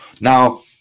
now